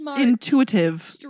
Intuitive